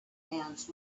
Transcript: ants